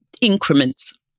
increments